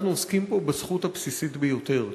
אנחנו עוסקים פה בזכות הבסיסית ביותר.